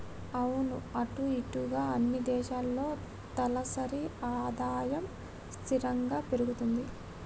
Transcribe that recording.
అవును అటు ఇటుగా అన్ని దేశాల్లో తలసరి ఆదాయం స్థిరంగా పెరుగుతుంది